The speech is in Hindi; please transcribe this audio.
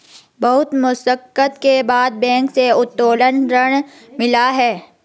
बहुत मशक्कत के बाद बैंक से उत्तोलन ऋण मिला है